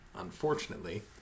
unfortunately